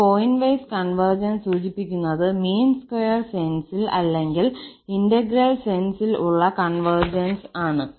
ഈ point wise convergence സൂചിപ്പിക്കുന്നത് mean square സെൻസിൽ അല്ലെങ്കിൽ ഇന്റഗ്രൽ സെൻസിൽ ഉള്ള കൺവെർജൻസ് ആണ്